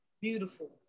beautiful